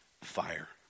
fire